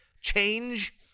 change